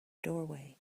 doorway